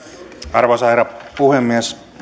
arvoisa herra puhemies